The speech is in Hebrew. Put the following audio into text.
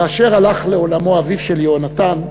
כאשר הלך לעולמו אביו של יהונתן,